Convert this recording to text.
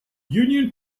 union